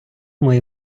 моїй